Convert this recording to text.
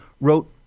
wrote